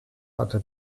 hatte